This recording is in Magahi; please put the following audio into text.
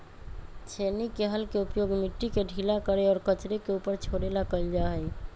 छेनी के हल के उपयोग मिट्टी के ढीला करे और कचरे के ऊपर छोड़े ला कइल जा हई